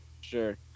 Sure